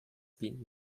been